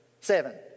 seven